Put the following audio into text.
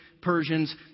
Persians